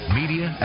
media